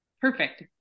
Perfect